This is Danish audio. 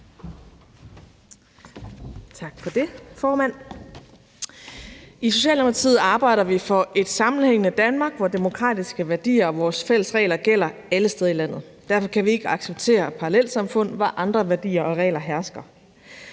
I Socialdemokratiet arbejder vi for et sammenhængende Danmark, hvor demokratiske værdier og vores fælles regler gælder alle steder i landet. Derfor kan vi ikke acceptere parallelsamfund, hvor andre værdier og regler hersker.